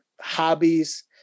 hobbies